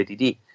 ADD